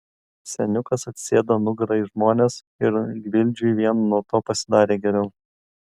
seniukas atsisėdo nugara į žmones ir gvildžiui vien nuo to pasidarė geriau